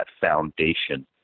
foundation